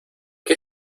qué